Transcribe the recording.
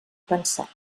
pensat